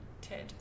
Ted